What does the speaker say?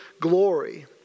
glory